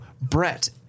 Brett